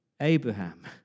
Abraham